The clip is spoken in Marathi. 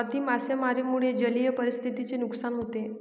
अति मासेमारीमुळे जलीय परिसंस्थेचे नुकसान होते